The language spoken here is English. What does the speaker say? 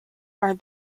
are